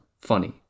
funny